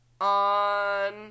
on